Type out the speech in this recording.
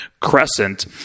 crescent